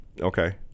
Okay